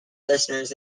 listeners